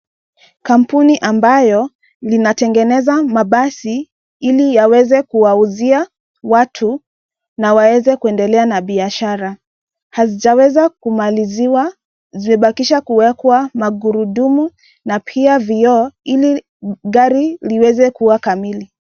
Kampuni ambayo linatengeneza mabasi, ili yaweze kuwauzia watu, na waweze kuendelea na biashara. Hazijaweza kumaliziwa, zimebakisha kuwekwa magurudumu na pia vioo ili gari liweze kuwa kamili.